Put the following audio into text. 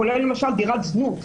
כולל למשל דירת זנות,